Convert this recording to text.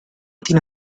tiene